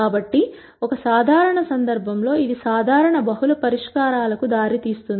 కాబట్టి ఒక సాధారణ సందర్భంలో ఇది సాధారణంగా బహుళ పరిష్కారాలకు దారి తీస్తుంది